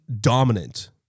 dominant